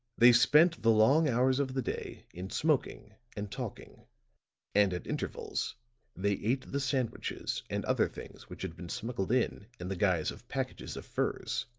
they spent the long hours of the day in smoking and talking and at intervals they ate the sandwiches and other things which had been smuggled in in the guise of packages of furs.